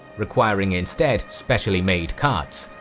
requiring instead specially made carts!